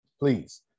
Please